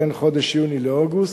בין חודש יולי לאוגוסט,